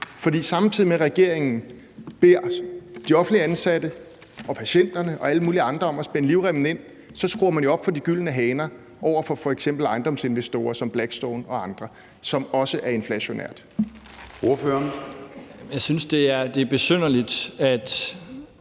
for samtidig med at regeringen beder de offentligt ansatte og patienterne og alle mulige andre om at spænde livremmen ind, så skruer man jo op for de gyldne haner over for f.eks. ejendomsinvestorer som Blackstone og andre, hvilket også er inflationært.